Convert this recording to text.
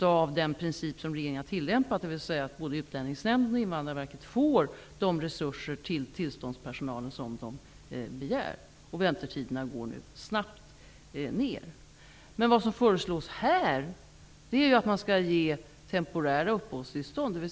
av den princip som regeringen har tillämpat, dvs. att både Utlänningsnämnden och Invandrarverket får de resurser till tillståndspersonalen som de begär. Väntetiderna går nu snabbt ner. Det som föreslås i den här debatten är ju att man skall ge temporära uppehållstillstånd.